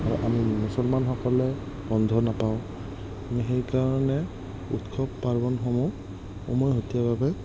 বা আমি মুছলমানসকলে বন্ধ নাপাওঁ আমি সেইকাৰণে উৎসৱ পাৰ্বণসমূহ উমৈহতীয়াভাৱে